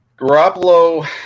Garoppolo